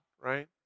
right